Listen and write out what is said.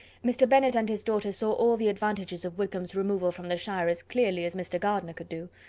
mr. bennet and his daughters saw all the advantages of wickham's removal from the shire as clearly as mr. gardiner could do.